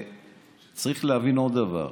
צריך להבין עוד דבר: